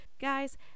Guys